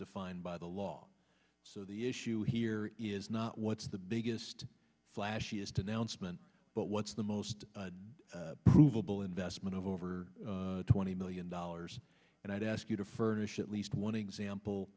defined by the law so the issue here is not what's the biggest flashiest announcement but what's the most provable investment of over twenty million dollars and i'd ask you to furnish at least one example